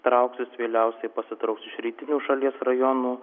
trauksis vėliausiai pasitrauks iš rytinių šalies rajonų